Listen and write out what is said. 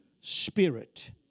spirit